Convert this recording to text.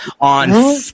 on